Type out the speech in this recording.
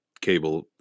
cable